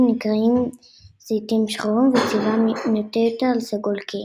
נקראים "זיתים שחורים" וצבעם נוטה יותר לסגול כהה.